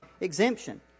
exemption